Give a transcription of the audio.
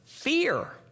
Fear